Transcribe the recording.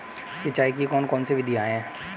सिंचाई की कौन कौन सी विधियां हैं?